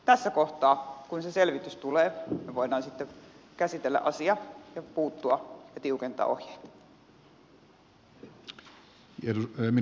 tässä kohtaa kun se selvitys tulee me voimme sitten käsitellä asiaa ja puuttua ja tiukentaa ohjeita